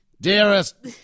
Dearest